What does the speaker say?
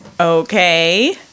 okay